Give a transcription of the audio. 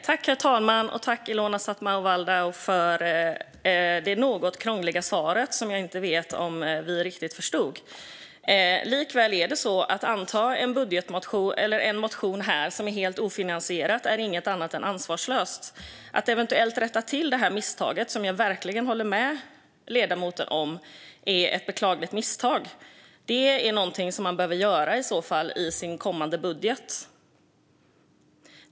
Herr talman! Tack, Ilona Szatmári Waldau, för det något krångliga svaret, som jag inte vet om vi riktigt förstod. Likväl är det så att det är inget annat än ansvarslöst att här anta en motion som är helt ofinansierad. Att eventuellt rätta till detta misstag - som jag verkligen håller med ledamoten om är ett beklagligt misstag - är någonting som man i så fall behöver göra i sin kommande budget.